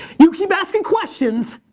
you keep asking questions,